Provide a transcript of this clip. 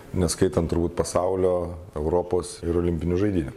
neskaitant turbūt pasaulio europos ir olimpinių žaidynių